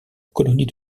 colonie